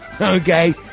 okay